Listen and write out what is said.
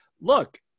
Look